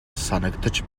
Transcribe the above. санагдаж